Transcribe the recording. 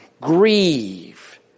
Grieve